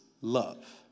love